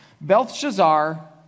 Belshazzar